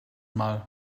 mal